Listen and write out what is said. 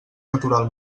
natural